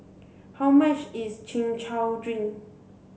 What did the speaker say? how much is chin chow drink